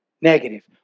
negative